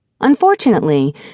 Unfortunately